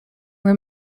work